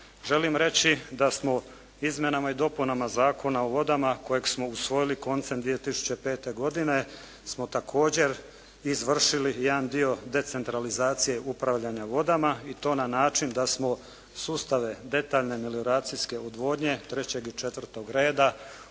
Želim reći da smo izmjenama i dopunama Zakona o vodama kojeg smo usvojili koncem 2005. godine smo također izvršili jedan dio decentralizacije upravljanja vodama i to na način da smo sustave detalje melioracijske odvodnje trećeg